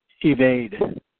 evade